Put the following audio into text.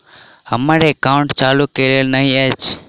हम्मर एकाउंट चालू केल नहि अछि?